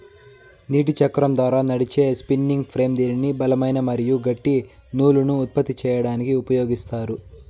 నీటి చక్రం ద్వారా నడిచే స్పిన్నింగ్ ఫ్రేమ్ దీనిని బలమైన మరియు గట్టి నూలును ఉత్పత్తి చేయడానికి ఉపయోగిత్తారు